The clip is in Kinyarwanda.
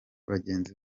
bagenzi